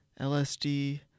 LSD